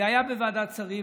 זה היה בוועדת שרים.